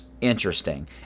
interesting